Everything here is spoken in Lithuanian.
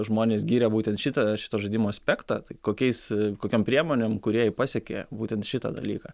žmonės giria būtent šitą šito žaidimo aspektą tai kokiais kokiom priemonėm kūrėjai pasiekė būtent šitą dalyką